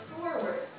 forward